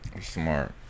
Smart